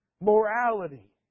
Morality